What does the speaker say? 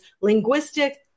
linguistic